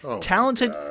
talented